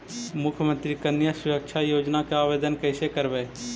मुख्यमंत्री कन्या सुरक्षा योजना के आवेदन कैसे करबइ?